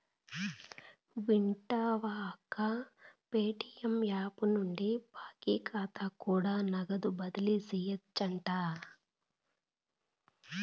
వింటివా అక్కో, Paytm app నుండి బాకీ కాతా కూడా నగదు బదిలీ సేయొచ్చంట